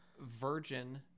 virgin